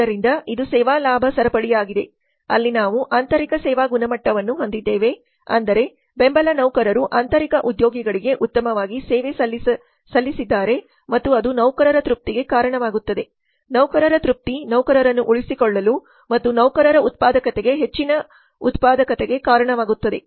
ಆದ್ದರಿಂದ ಇದು ಸೇವಾ ಲಾಭ ಸರಪಳಿಯಾಗಿದೆ ಅಲ್ಲಿ ನಾವು ಆಂತರಿಕ ಸೇವಾ ಗುಣಮಟ್ಟವನ್ನು ಹೊಂದಿದ್ದೇವೆ ಅಂದರೆ ಬೆಂಬಲ ನೌಕರರು ಆಂತರಿಕ ಉದ್ಯೋಗಿಗಳಿಗೆ ಉತ್ತಮವಾಗಿ ಸೇವೆ ಸಲ್ಲಿಸಿದ್ದಾರೆ ಮತ್ತು ಅದು ನೌಕರರ ತೃಪ್ತಿಗೆ ಕಾರಣವಾಗುತ್ತದೆ ನೌಕರರ ತೃಪ್ತಿ ನೌಕರರನ್ನು ಉಳಿಸಿಕೊಳ್ಳಲು ಮತ್ತು ನೌಕರರ ಉತ್ಪಾದಕತೆಗೆ ಹೆಚ್ಚಿನ ಉತ್ಪಾದಕತೆಗೆ ಕಾರಣವಾಗುತ್ತದೆ